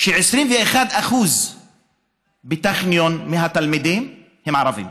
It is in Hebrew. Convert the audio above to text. ש-21% מהתלמידים בטכניון הם ערבים.